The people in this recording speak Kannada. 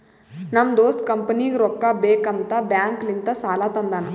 ನಮ್ ದೋಸ್ತ ಕಂಪನಿಗ್ ರೊಕ್ಕಾ ಬೇಕ್ ಅಂತ್ ಬ್ಯಾಂಕ್ ಲಿಂತ ಸಾಲಾ ತಂದಾನ್